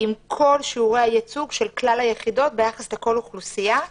עם כל שיעורי הייצוג של כלל היחידות ביחס לכל אוכלוסייה.